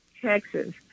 Texas